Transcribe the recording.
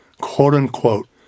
quote-unquote